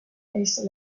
case